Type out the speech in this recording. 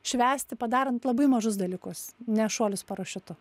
švęsti padarant labai mažus dalykus ne šuolį su parašiutu